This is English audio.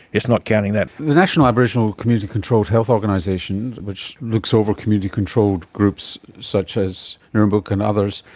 it's not counting that. the national aboriginal community controlled health organisation, which looks over community-controlled groups such as nirrumbuk and others,